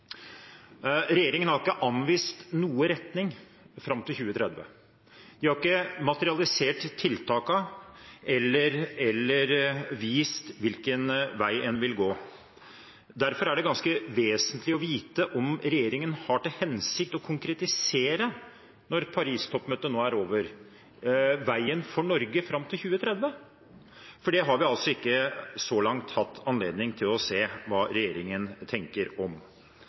Regjeringen har ikke anvist noen retning fram til 2030. De har ikke materialisert tiltakene eller vist hvilken vei en vil gå. Derfor er det ganske vesentlig å vite om regjeringen har til hensikt å konkretisere, når Paris-toppmøtet nå er over, veien for Norge fram til 2030 – for det har vi så langt ikke hatt anledning til å se hva regjeringen tenker om.